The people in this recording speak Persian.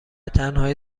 تنهایی